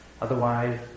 Otherwise